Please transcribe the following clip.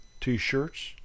t-shirts